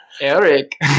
Eric